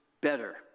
better